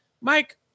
Mike